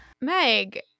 Meg